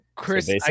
Chris